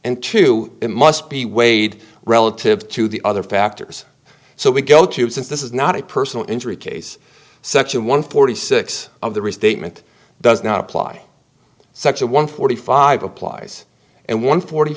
and two must be weighed relative to the other factors so we go to since this is not a personal injury case section one forty six of the restatement does not apply such a one forty five applies and one forty